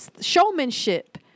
showmanship